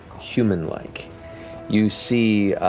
human-like. you see